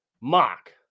mock